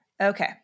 Okay